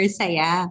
saya